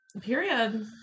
Period